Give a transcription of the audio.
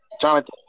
Jonathan